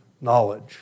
knowledge